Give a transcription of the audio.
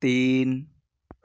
تین